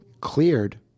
cleared